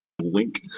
Wink